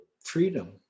freedom